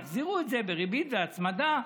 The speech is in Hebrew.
יחזירו את זה בריבית והצמדה.